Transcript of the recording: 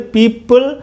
People